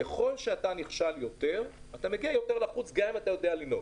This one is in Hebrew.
ככל שנכשלים יותר מגיעים לחוצים יותר גם אם יודעים לנהוג.